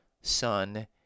Son